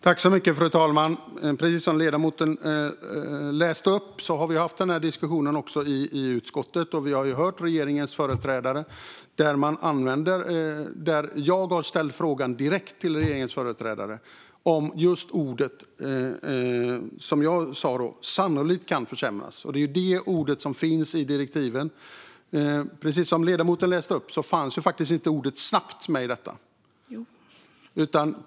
Fru talman! Vi hörde det som ledamoten läste upp, och vi har också haft denna diskussion i utskottet. Jag har ställt frågan direkt till regeringens företrädare om just orden "sannolikt kan försämras", som jag sa. Det är dessa ord som finns i direktivet. I det som ledamoten läste upp fanns faktiskt inte ordet "snabbt" med.